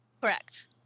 Correct